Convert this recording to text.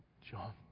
John